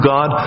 God